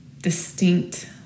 distinct